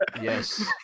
Yes